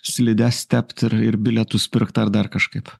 slides tept ir ir bilietus pirkt ar dar kažkaip